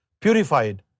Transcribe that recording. purified